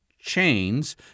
chains